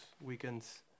weekends